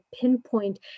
pinpoint